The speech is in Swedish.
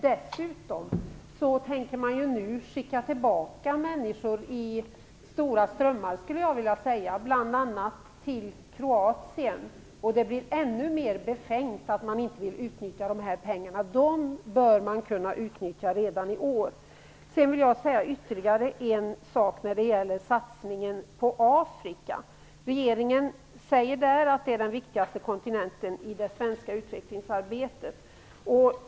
Dessutom tänker man nu skicka tillbaka människor i stora strömmar, bl.a. till Kroatien. Det blir ännu mer befängt att man inte vill utnyttja de här pengarna. De bör man kunna utnyttja redan i år. Jag vill säga ytterligare en sak när det gäller satsningen på Afrika. Regeringen säger att det är den viktigaste kontinenten när det gäller det svenska utvecklingsarbetet.